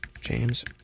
James